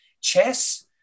chess